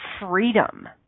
freedom